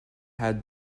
had